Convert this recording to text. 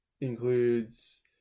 includes